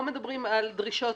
לא מדברים על דרישות